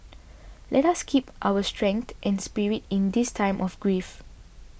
let us keep up our strength and spirit in this time of grief